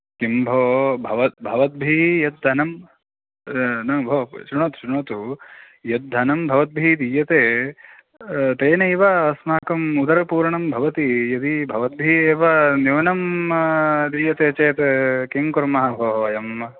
किं भोः भवद् भवद्भिः यत् धनं न भो शृणोतु शृणोतु यत् धनं भवद्भिः दीयते तेनैव अस्माकं उदरपूरणं भवति यदि भवद्भिः एव न्यूनं दीयते चेत् किं कुरुमः भोः वयं